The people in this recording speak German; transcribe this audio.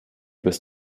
bis